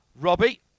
Robbie